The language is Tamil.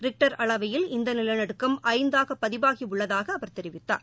ரிக்டர் அளவையில் இந்த நிலநடுக்கம் ஐந்தாக பதிவாகியுள்ளதாக அவர் தெரிவித்தார்